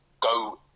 go